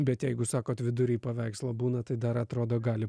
bet jeigu sakot vidury paveikslo būna tai dar atrodo gali